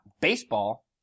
baseball